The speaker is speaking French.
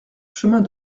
chemin